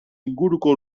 inguruko